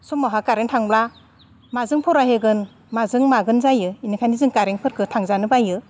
समावहा कारेन्ट थांब्ला माजों फरायहोगोन माजों मागोन जायो इनिखायनो जों कारेन्टफोरखो थांजानो बायो